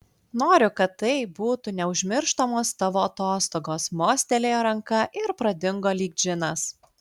noriu kad tai būtų neužmirštamos tavo atostogos mostelėjo ranka ir pradingo lyg džinas